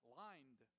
lined